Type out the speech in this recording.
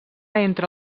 entre